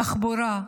התחבורה,